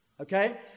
Okay